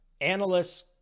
analysts